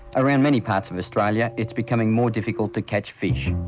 around many parts of australia, it's becoming more difficult to catch fish.